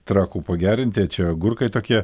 trakų pagerinti čia agurkai tokie